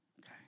Okay